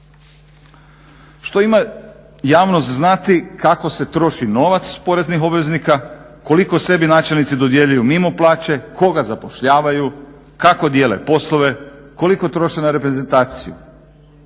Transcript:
Što ima javnost znati kako se troši novac poreznih obveznika, koliko sebi načelnici dodjeljuju mimo plaće, koga zapošljavaju, kako dijele poslove, koliko troše na reprezentaciju.